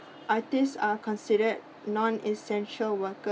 artist are considered non essential worker